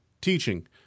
teaching